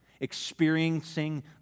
experiencing